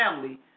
family